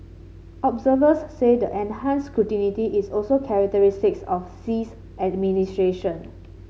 observers say the enhanced is also characteristics of Xi's administration